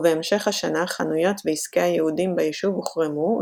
ובהמשך השנה חנויות ועסקי היהודים ביישוב הוחרמו,